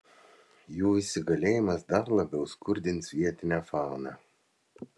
jų įsigalėjimas dar labiau skurdins vietinę fauną